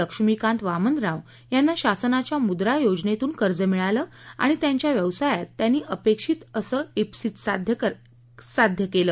लक्ष्मीकांत वामनराव यांना शासनाच्या मुद्रा योजनेतून कर्ज मिळालं आणि त्यांच्या व्यवसायात त्यांना अपेक्षित असं इप्सित साध्य करता आलं